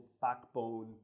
backbone